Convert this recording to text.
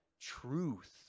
truth